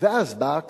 ואז באה ההקפאה,